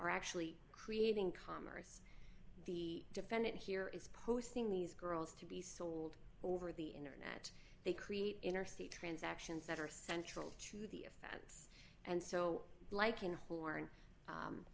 are actually creating commerce the defendant here is posting these girls to be sold over the internet they create interstate transactions that are central to the offense and so like in